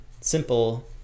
simple